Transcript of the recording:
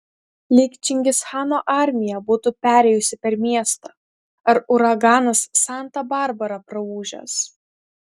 lyg čingischano armija būtų perėjusi per miestą ar uraganas santa barbara praūžęs